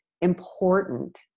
important